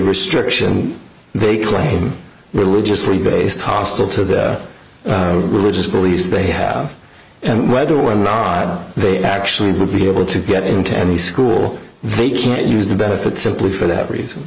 restriction they call him religiously based hostile to the religious beliefs they have and whether or not they actually be able to get into any school they can't use the benefit simply for that reason